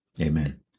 Amen